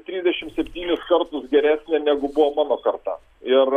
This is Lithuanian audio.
trisdešim septynis kartus geresnė negu buvo mano karta ir